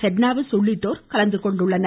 பட்னாவிஸ் உள்ளிட்டோர் கலந்துகொள்கின்றனர்